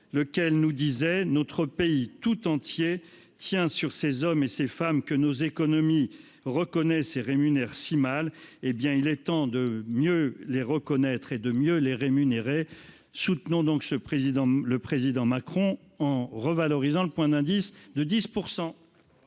lequel nous disait :«[...] notre pays tient tout entier sur ces hommes et ces femmes que nos économies reconnaissent et rémunèrent si mal. » Il est temps de mieux les reconnaître et de mieux les rémunérer. Soutenons donc le président Macron en revalorisant le point d'indice de 10